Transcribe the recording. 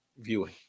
viewing